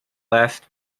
last